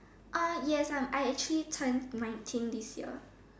uh yes I'm I actually turned nineteen this year